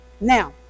Now